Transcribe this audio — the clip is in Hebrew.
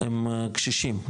הם קשישים,